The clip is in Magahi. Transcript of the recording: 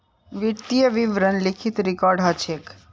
वित्तीय विवरण लिखित रिकॉर्ड ह छेक